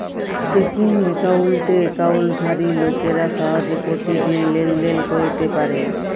checking একাউল্টে একাউল্টধারি লোকেরা সহজে পতিদিল লেলদেল ক্যইরতে পারে